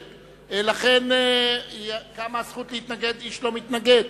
לכן, קמה הזכות להתנגד, איש לא מתנגד.